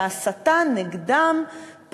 שההסתה נגדם,